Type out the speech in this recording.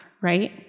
right